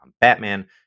Batman